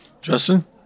Justin